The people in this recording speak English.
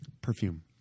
Perfume